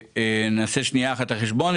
נעשה שנייה אחת את החשבון,